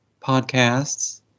Podcasts